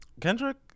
Kendrick